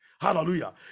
Hallelujah